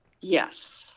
yes